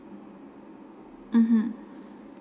mmhmm